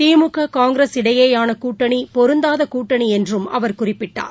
திமுக காங்கிரஸ் இடையேயானகூட்டணிபொருந்தாதகூட்டணிஎன்றும் அவர் குறிப்பிட்டார்